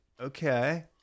okay